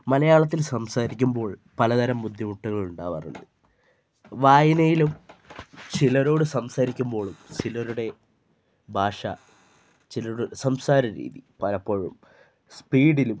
മലയാളത്തിൽ സംസാരിക്കുമ്പോൾ പലതരം ബുദ്ധിമുട്ടുകൾ ഉണ്ടാവാറുണ്ട് വായനയിലും ചിലരോട് സംസാരിക്കുമ്പോളും ചിലരുടെ ഭാഷ ചിലരുടെ സംസാര രീതി പലപ്പോഴും സ്പീഡിലും